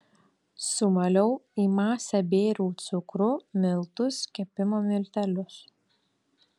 sumaliau į masę bėriau cukrų miltus kepimo miltelius